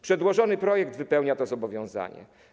Przedłożony projekt wypełnia to zobowiązanie.